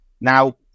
Now